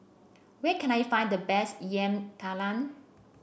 where can I find the best Yam Talam